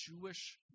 Jewish